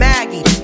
Maggie